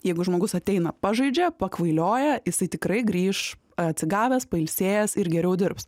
jeigu žmogus ateina pažaidžia pakvailioja jisai tikrai grįš atsigavęs pailsėjęs ir geriau dirbs